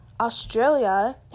Australia